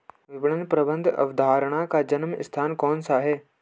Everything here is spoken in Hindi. विपणन प्रबंध अवधारणा का जन्म स्थान कौन सा है?